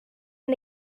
and